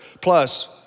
plus